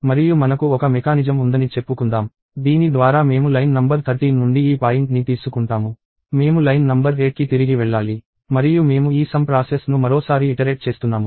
మరియు మనకు ఒక మెకానిజం ఉందని చెప్పుకుందాం దీని ద్వారా మేము లైన్ నంబర్ 13 నుండి ఈ పాయింట్ని తీసుకుంటాము మేము లైన్ నంబర్ 8కి తిరిగి వెళ్లాలి మరియు మేము ఈ సమ్ ప్రాసెస్ ను మరోసారి ఇటరేట్ చేస్తున్నాము